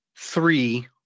Three